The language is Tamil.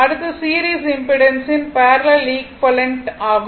அடுத்து சீரிஸ் இம்பிடன்ஸின் பேரலல் ஈக்விவலெண்ட் ஆகும்